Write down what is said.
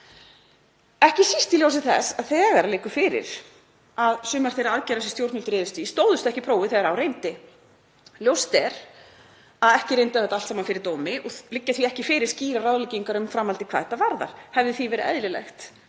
ekki síst í ljósi þess að þegar liggur fyrir að sumar þeirra aðgerða sem stjórnvöld réðust í stóðust ekki prófið þegar á reyndi. Ljóst er að ekki reyndi á þetta allt saman fyrir dómi og liggja því ekki fyrir skýrar ráðleggingar um framhaldið hvað þetta varðar. Hefði því verið eðlilegt